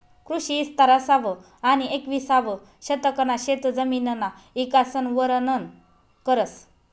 कृषी इस्तार इसावं आनी येकविसावं शतकना शेतजमिनना इकासन वरनन करस